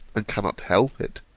and cannot help it,